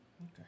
Okay